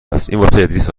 است